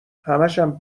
همشم